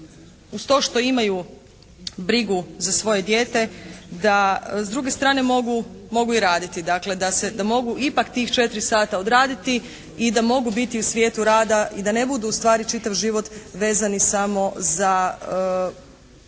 uz to što imaju brigu za svoje dijete da s druge strane mogu, mogu i raditi. Dakle da se, da mogu ipak tih 4 sata odraditi i da mogu biti u svijetu rada i da ne budu ustvari čitav život vezani samo za